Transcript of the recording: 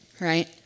Right